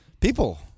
People